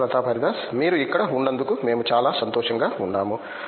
professor Pratap Haridas మీరు ఇక్కడ ఉన్నందుకు మేము చాలా సంతోషంగా ఉన్నాము